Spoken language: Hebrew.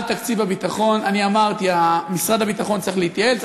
על תקציב הביטחון אני אמרתי: משרד הביטחון צריך להתייעל,